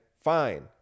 fine